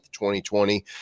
2020